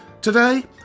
Today